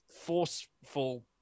forceful